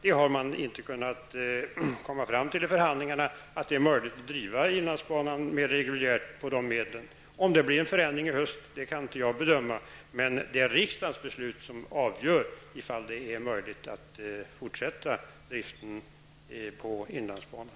Man har i förhandlingarna kommit fram till att det inte är möjligt att driva inlandsbanan mer reguljärt med de medlen. Om det blir en förändring i höst kan inte jag bedöma. Det är riksdagens beslut som avgör om det är möjligt att fortsätta driften på inlandsbanan.